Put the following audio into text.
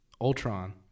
Ultron